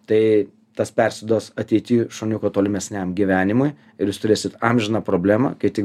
tai tas persiduos ateity šuniuko tolimesniam gyvenimui ir jūs turėsit amžiną problemą kai tik